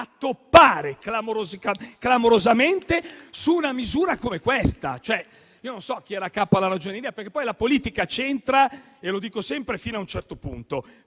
a toppare clamorosamente su una misura come questa. Non so chi era a capo della Ragioneria; la politica c'entra - lo dico sempre - fino a un certo punto,